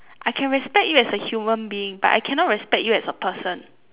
I can respect you as a human being but I cannot respect you as a person